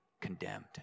condemned